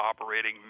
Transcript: operating